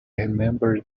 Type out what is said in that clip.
remembered